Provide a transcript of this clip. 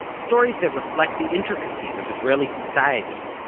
stories that reflect the intricacies of israeli society,